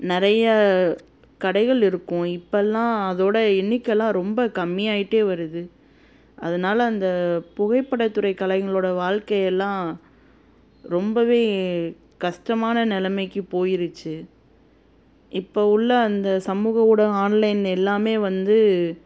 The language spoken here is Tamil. நிறைய கடைகள் இருக்கும் இப்போல்லாம் அதோட எண்ணிக்கைலாம் ரொம்ப கம்மியாகிட்டே வருது அதனால் அந்த புகைப்படத்துறை கலைஞர்களோட வாழ்க்கையெல்லாம் ரொம்ப கஷ்டமான நிலமைக்கு போயிடுச்சி இப்போ உள்ள அந்த சமூக ஊடகம் ஆன்லைன் எல்லாமே வந்து